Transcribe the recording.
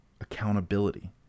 accountability